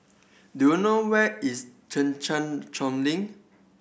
do you know where is Thekchen Choling